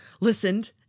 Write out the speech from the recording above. listened